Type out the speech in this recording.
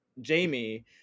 Jamie